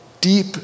deep